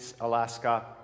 Alaska